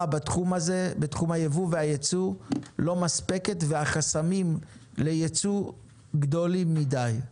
בתחום הזה של הייצוא אינה מספקת והחסמים לייצוא גדולים מידי.